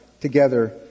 together